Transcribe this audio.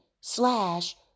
slash